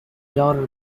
daughter